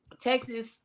Texas